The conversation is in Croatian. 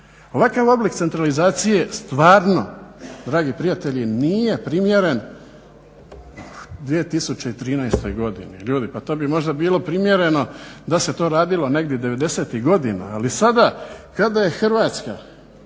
Ovakav oblik centralizacije stvarno dragi prijatelji nije primjeren u 2013.godini ljudi, pa to bi možda bilo primjereno da se to radilo negdje devedesetih godina. Ali sada kada je Hrvatska